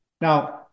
Now